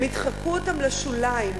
הם ידחקו אותם לשוליים,